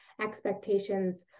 expectations